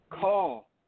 Call